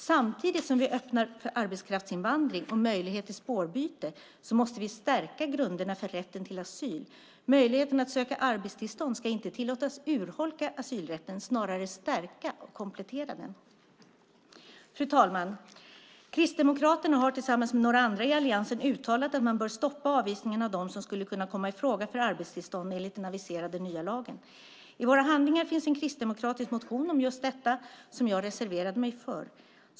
Samtidigt som vi öppnar för arbetskraftsinvandring och möjlighet till spårbyte måste vi stärka grunderna för rätten till asyl. Möjligheten att söka arbetstillstånd ska inte tillåtas urholka asylrätten, snarare stärka och komplettera den. Fru talman! Kristdemokraterna har tillsammans med några andra i alliansen uttalat att man bör stoppa avvisningarna av dem som skulle kunna komma i fråga för arbetstillstånd enligt den aviserade nya lagen. I våra handlingar finns en kristdemokratisk motion om just detta som jag har reserverat mig för.